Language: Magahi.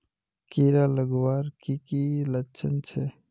कीड़ा लगवार की की लक्षण छे?